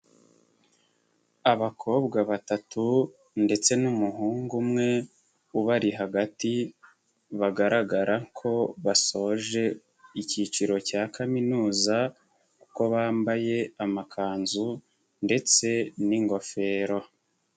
Abakobwa batatu ndetse n'umuhungu umwe ubari hagati bagaragara ko basoje ikiciro cya kaminuza kuko bambaye amakanzu ndetse n'ingofero.